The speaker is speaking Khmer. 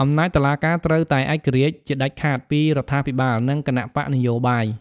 អំណាចតុលាការត្រូវតែឯករាជ្យជាដាច់ខាតពីរដ្ឋាភិបាល និងគណបក្សនយោបាយ។